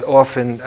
often